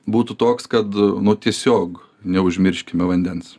būtų toks kad nu tiesiog neužmirškime vandens